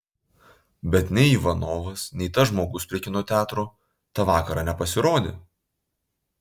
bet nei ivanovas nei tas žmogus prie kino teatro tą vakarą nepasirodė